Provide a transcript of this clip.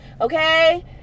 okay